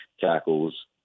tackles